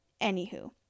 Anywho